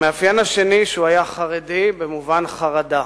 המאפיין השני הוא, שהוא היה חרדי במובן חרדה.